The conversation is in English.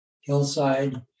hillside